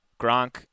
Gronk